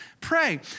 pray